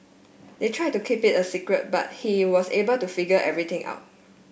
they try to keep it a secret but he was able to figure everything out